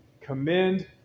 Commend